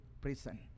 prison